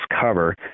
cover